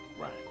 Right